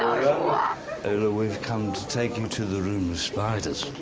ula, and we've come to take you to the room of spiders.